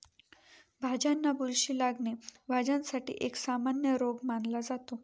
भाज्यांना बुरशी लागणे, भाज्यांसाठी एक सामान्य रोग मानला जातो